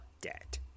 debt